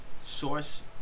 source